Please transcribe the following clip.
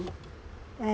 I